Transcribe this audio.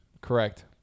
Correct